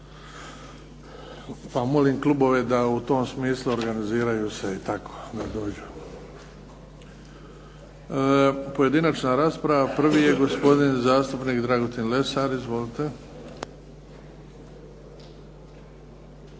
pa molim klubove da u tom smislu organiziraju se i da dođu. Pojedinačna rasprava. Prvi je gospodin zastupnik Dragutin Lesar. Izvolite.